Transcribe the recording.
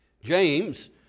James